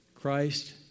Christ